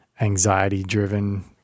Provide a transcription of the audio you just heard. anxiety-driven